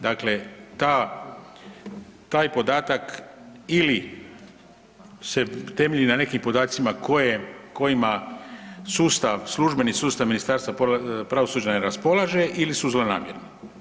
Dakle taj podatak ili se temelji na nekim podacima kojima sustav službeni sustav Ministarstva pravosuđa ne raspolaže ili su zlonamjerni.